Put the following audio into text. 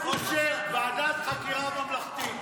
אושר, ועדת חקירה ממלכתית.